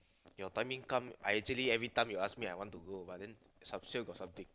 your timing come I actually every time you ask me I want to go but then some sure got something